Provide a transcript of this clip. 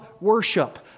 worship